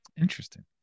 Interesting